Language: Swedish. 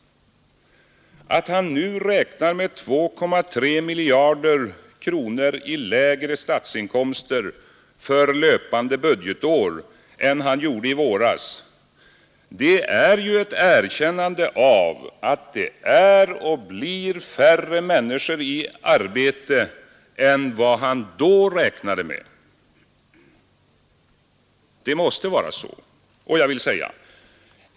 Att han nu räknar med 2,3 miljarder kronor lägre statsinkomster för löpande budgetår än han gjorde i våras är ju ett erkännande av att det är och blir färre människor i arbete än vad han då räknade med. Det måste vara så.